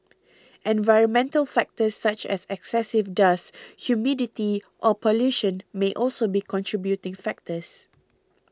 environmental factors such as excessive dust humidity or pollution may also be contributing factors